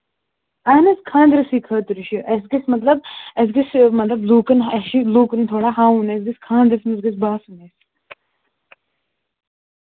اَہن حظ خانٛدرَسٕے خٲطرٕ چھُ اَسہِ گژھِ مطلب اَسہِ گژھِ مطلب لوٗکَن اَسہِ چھِ لوٗکَن تھوڑا ہاوُن اَسہِ گَژھِ خانٛدرَس منٛز گَژھِ باسٕنۍ أسۍ